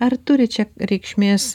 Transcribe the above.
ar turi čia reikšmės